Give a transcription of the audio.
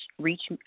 reach